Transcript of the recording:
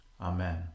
Amen